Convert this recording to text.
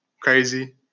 crazy